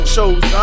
Shows